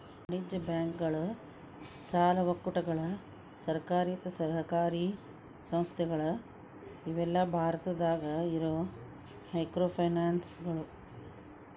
ವಾಣಿಜ್ಯ ಬ್ಯಾಂಕುಗಳ ಸಾಲ ಒಕ್ಕೂಟಗಳ ಸರ್ಕಾರೇತರ ಸಹಕಾರಿ ಸಂಸ್ಥೆಗಳ ಇವೆಲ್ಲಾ ಭಾರತದಾಗ ಇರೋ ಮೈಕ್ರೋಫೈನಾನ್ಸ್ಗಳು